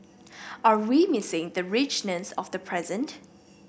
are we missing the richness of the present